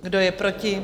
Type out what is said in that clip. Kdo je proti?